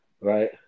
right